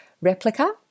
Replica